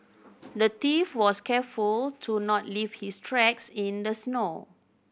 the thief was careful to not leave his tracks in the snow